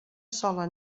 sola